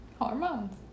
Hormones